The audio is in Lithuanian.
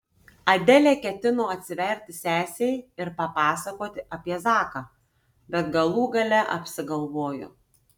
adelė ketino atsiverti sesei ir papasakoti apie zaką bet galų gale apsigalvojo